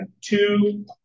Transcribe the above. two